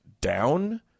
down